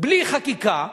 בלי חקיקה,